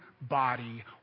body